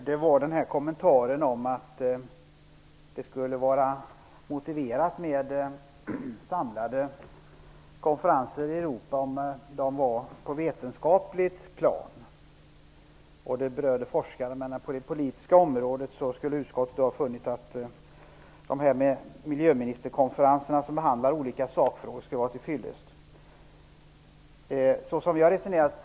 Herr talman! Det sades att det skulle vara motiverat med samlade konferenser i Europa om de var på ett vetenskapligt plan och berörde forskare. När det gäller det politiska området har utskottet funnit att miljöministerkonferenserna som behandlar olika sakfrågor skall vara till fyllest.